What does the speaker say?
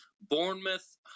Bournemouth